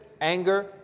anger